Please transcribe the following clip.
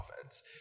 offense